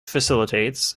facilitates